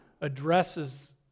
addresses